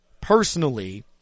personally